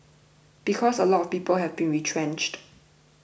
because a lot of people have been retrenched